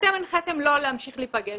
ואתם הנחיתם לא להמשיך להיפגש.